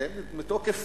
זה מתוקף